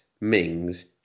Mings